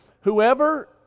whoever